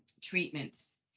treatments